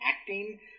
acting